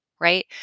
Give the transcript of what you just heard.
right